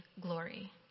glory